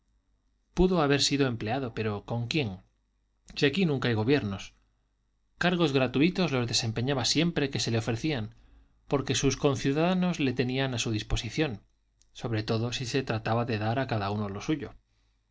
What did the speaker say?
pudo haber sido empleado pero con quién si aquí nunca hay gobiernos cargos gratuitos los desempeñaba siempre que se le ofrecían porque sus conciudadanos le tenían a su disposición sobre todo si se trataba de dar a cada uno lo suyo